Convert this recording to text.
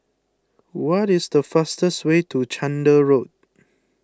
what is the fastest way to Chander Road